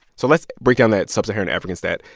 so let's break down that sub-saharan african stat.